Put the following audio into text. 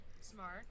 Smart